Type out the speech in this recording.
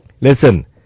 Listen